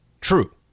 true